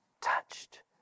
touched